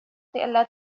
ألا